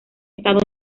estado